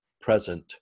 present